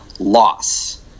Loss